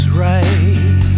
right